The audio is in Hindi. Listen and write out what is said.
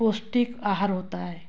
पौष्टिक आहार होता है